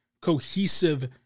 cohesive